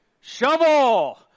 Shovel